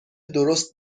درست